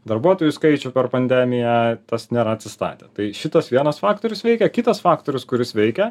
darbuotojų skaičių per pandemiją tas nėra atsistatė tai šitas vienas faktorius veikia kitas faktorius kuris veikia